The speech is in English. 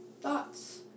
thoughts